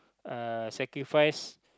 uh sacrifice